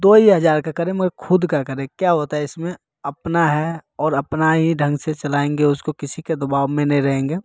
दो ही हजार का करे मगर खुद का करें क्या होता है इसमें अपना है और अपना ही ढंग से चलाएँगे उसको किसी के दबाव में नहीं रहेंगे